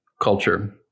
culture